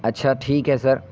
اچھا ٹھیک ہے سر